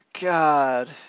God